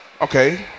okay